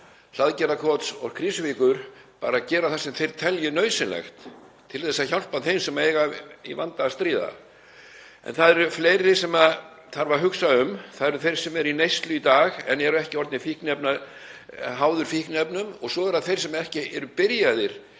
Hlaðgerðarkots og Krýsuvíkur, bara til gera það sem þeir telja nauðsynlegt til að hjálpa þeim sem eiga við vanda að stríða. En það eru fleiri sem þarf að hugsa um. Það eru þeir sem eru í neyslu í dag en eru ekki orðnir háðir fíkniefnum og svo eru það þeir sem ekki eru byrjaðir